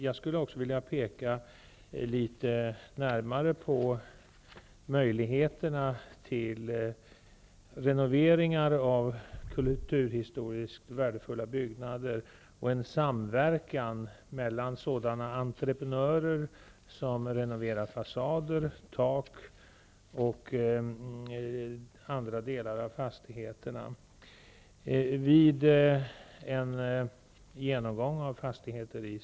Jag vill också peka något närmare på möjligheterna till renoveringar av kulturhistoriskt värdefulla byggnader och en samverkan mellan sådana entreprenörer som renoverar fasader, tak och andra delar av fastigheterna.